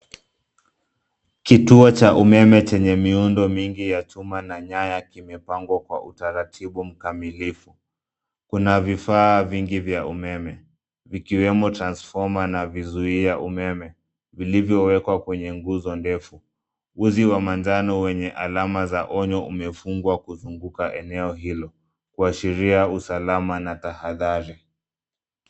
Kituo cha umeme chenye miundo mingi ya chuma na nyaya kimepangwa kwa utaratibu mkamilifu. Kuna vifaa vingi vya umeme, vikiwemo, transfomer na vizuia umeme, vilivyowekwa kwenye nguzo ndefu. Uzi wa manjano wenye alama za onyo, umefungwa kuzunguka eneo hilo, kuashiria usalama na tahadhari.